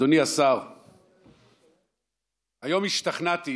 אדוני השר, היום, בדיון הבוקר, השתכנעתי